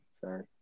Sorry